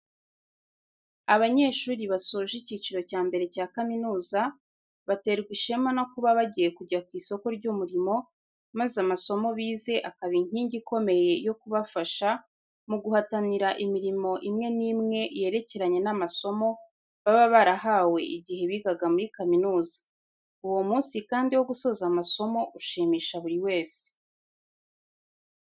Abanyeshuri basoje icyiciro cya mbere cya kaminuza, baterwa ishema no kuba bagiye kujya ku isoko ry'umurimo maze amasomo bize akaba inkingi ikomeye yo kubafasha mu guhatanira imirimo imwe n'imwe yerekeranye n'amasomo baba barahawe igihe bagiga muri kaminuza. Uwo munsi kandi wo gusoza amasomo, ushimisha buri wese.